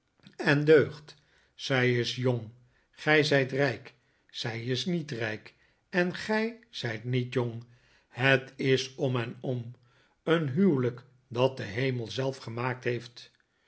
en deugd zij is jong gij zijt rijk zij is niet rijk en gij zijt niet jong het is om en om een huwelijk dat de hemel zelf gemaakt heeft